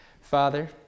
Father